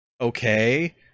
okay